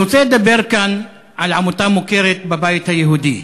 אני רוצה לדבר כאן על עמותה מוכרת בבית היהודי,